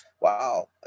wow